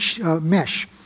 mesh